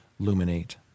luminate